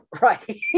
right